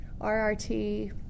rrt